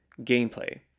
Gameplay